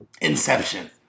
Inception